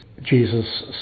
Jesus